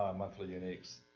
monthly uniques.